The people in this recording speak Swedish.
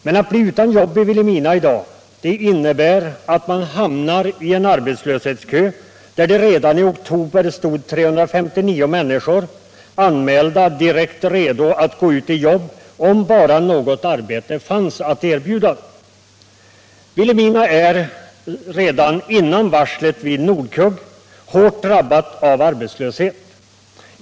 Men att bli utan jobb i Vilhelmina i dag innebär att man hamnar i en arbetslöshetskö, där det redan i oktober stod 359 människor anmälda, direkt redo att gå ut i jobb, om bara något arbete fanns att erbjuda. Vilhelmina är redan före varslet vid Nordkugg hårt drabbat av arbetslöshet.